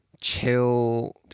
chill